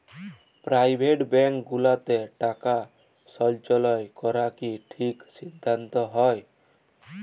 private bank গুলাতে টাকা সল্চয় ক্যরা কি ঠিক সিদ্ধাল্ত হ্যয়